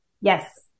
Yes